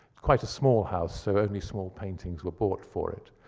quite a small house, so only small paintings were bought for it.